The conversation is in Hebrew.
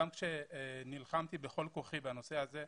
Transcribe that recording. גם כשנלחמתי בכל כוחי בנושא הזה,